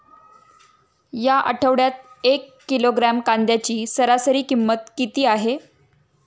या आठवड्यात एक किलोग्रॅम कांद्याची सरासरी किंमत किती आहे?